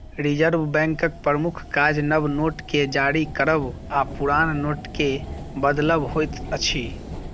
reserve बैंकक प्रमुख काज नव नोट के जारी करब आ पुरान नोटके बदलब होइत अछि